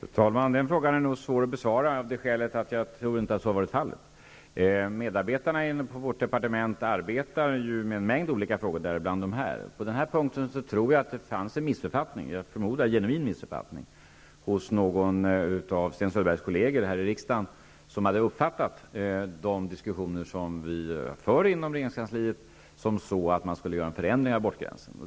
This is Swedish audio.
Fru talman! Den frågan är nog svår att besvara, av det skälet att jag tror att så inte har varit fallet. Medarbetarna på departementet arbetar ju med en mängd olika frågor, däribland de här. På denna punkt tror jag att det fanns en -- som jag förmodar -- genuin missuppfattning hos någon av Sten Söderbergs kolleger i riksdagen som hade uppfattat de diskussioner som vi för inom regeringskansliet så, att man skulle göra en förändring av abortgränsen.